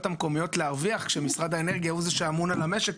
המקומיות להרוויח כשמשרד האנרגיה הוא זה שאמון על המשק.